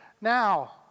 now